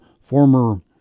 former